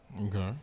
Okay